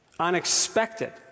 unexpected